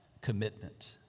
commitment